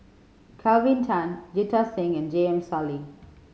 Kelvin Tan Jita Singh and J M Sali